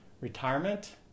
Retirement